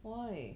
why